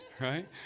Right